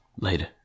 Later